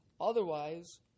Otherwise